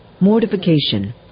Mortification